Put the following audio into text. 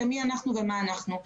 מי אנחנו ומה אנחנו,